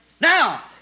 Now